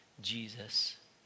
Jesus